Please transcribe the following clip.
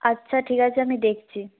আচ্ছা ঠিক আছে আমি দেখছি